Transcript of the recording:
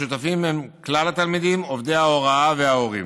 השותפים הם כלל התלמידים, עובדי ההוראה וההורים.